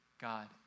God